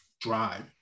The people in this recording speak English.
drive